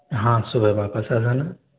हाँ सुबह वापस आ जाना